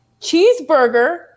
Cheeseburger